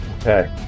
Okay